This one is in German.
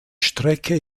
strecke